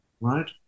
right